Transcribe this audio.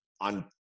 on